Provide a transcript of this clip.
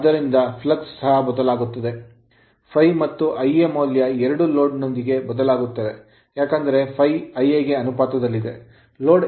ಆದ್ದರಿಂದ flux flux ಸಹ ಬದಲಾಗುತ್ತದೆ ∅ ಮತ್ತು Ia ಮೌಲ್ಯ ಎರಡೂ load ಲೋಡೂಂದಿಗೆ ಬದಲಾಗುತ್ತವೆ ಏಕೆಂದರೆ ∅ Ia ಗೆ ಅನುಪಾತದಲ್ಲಿದೆ